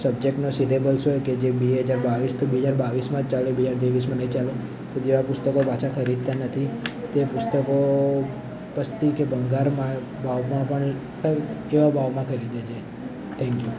સબ્જેક્ટનો syllabus હોય કે જે બે હજાર બાવીસ તો બે હજાર બાવીસ ચાલે બે હજાર ત્રેવીસમા નહીં ચાલે તો જેવાં પુસ્તકો પાછા ખરીદતા નથી તે પુસ્તકો પસ્તી કે ભંગારમાં ભાવમાં પણ એવા ભાવમાં ખરીદે છે થૅન્ક યુ